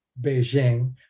Beijing